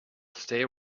stay